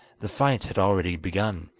the fight had already begun,